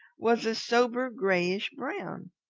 was a sober grayish-brown.